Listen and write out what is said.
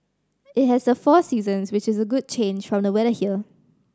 it has the four seasons which is a good change from the weather here